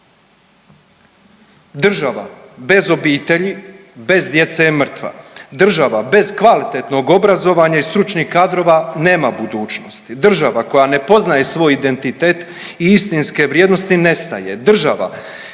Država bez obitelji, bez djece je mrtva, država bez kvalitetnog obrazovanja i stručnih kadrova nema budućnosti, država koja ne poznaje svoj identitet i istinske vrijednosti nestaje,